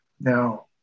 Now